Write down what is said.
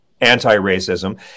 Anti-racism